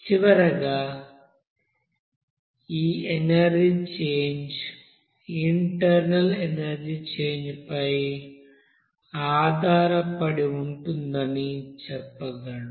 చివరగా ఈ energy change internal energy change పై ఆధారపడి ఉంటుందని చెప్పగలను